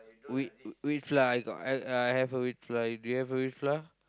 wheat wheat flour I got I I I have a wheat flour do you have a wheat flour